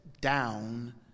down